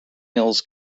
hills